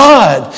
God